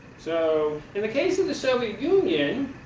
so, in the case of the soviet union,